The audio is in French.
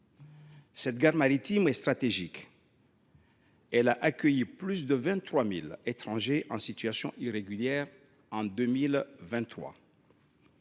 Cette gare maritime est stratégique : elle a accueilli plus de 23 000 étrangers en situation irrégulière en 2023